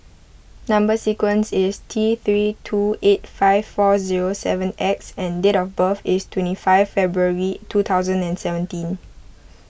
Number Sequence is T three two eight five four zero seven X and date of birth is twenty five February two thousand and seventeen